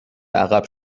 عقب